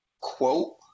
quote